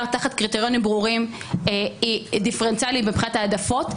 בקריטריונים דיפרנציאליים ברורים ומבחינת העדפות,